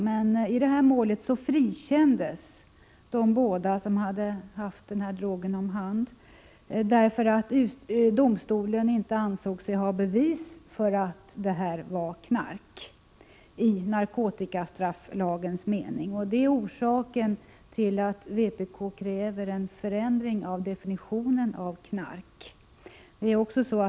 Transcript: Men i detta mål frikändes de som hade haft drogen om hand, därför att domstolen inte ansåg sig ha bevis för att detta var knark i narkotikastrafflagens mening. Det är orsaken till att vpk kräver en förändring av definitionen av knark.